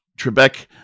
Trebek